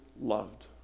loved